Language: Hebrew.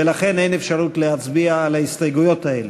ולכן אין אפשרות להצביע על ההסתייגות האלה.